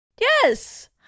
Yes